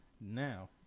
Now